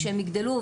כשהם יגדלו,